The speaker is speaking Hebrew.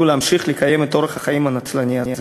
להמשיך לקיים את אורח החיים הנצלני הזה,